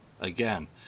again